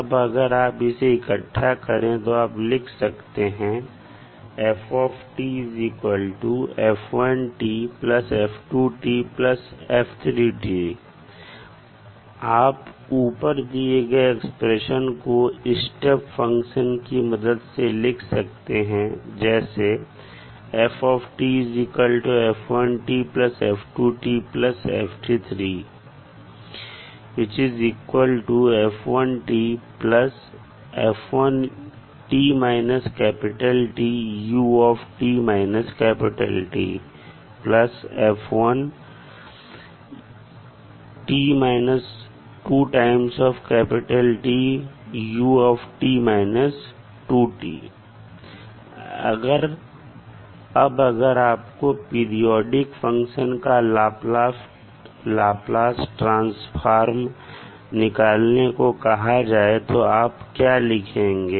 अब अगर आप इसे इकट्ठा करें तो लिख सकते हैं आप ऊपर दिए गए एक्सप्रेशन को स्टेप फंक्शन की मदद से लिख सकते हैं जैसे अब अगर आपको पीरियाडिक फंक्शन का लाप्लास ट्रांसफॉर्म निकालने को कहा जाए तो आप क्या लिखेंगे